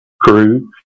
crew